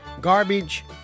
garbage